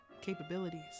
capabilities